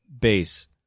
base